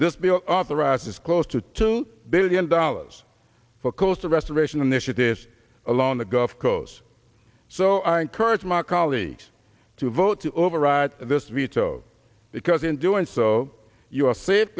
this bill authorizes close to two billion dollars for coastal restoration initiatives along the gulf coast so i encourage my colleagues to vote to override this veto because in doing so you